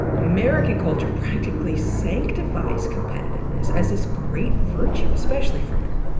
american culture practically sanctifies competitiveness, as this great virtue especially for men.